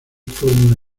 fórmula